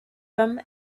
them